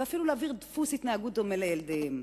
ואפילו להעביר דפוס התנהגות דומה לילדיהם.